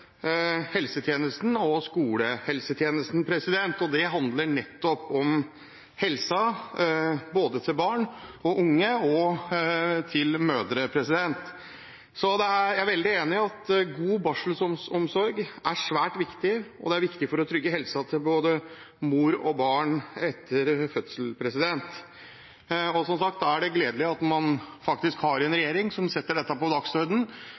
helsetjenesten og skolehelsetjenesten. Og det handler nettopp om helsa til barn og unge og til mødre. Jeg er veldig enig i at god barselomsorg er svært viktig, det er viktig for å trygge helsa til både mor og barn etter fødsel. Som sagt, da er det gledelig at man har en regjering som setter dette på